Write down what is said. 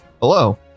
Hello